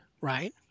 right